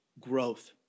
growth